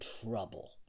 trouble